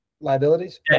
Liabilities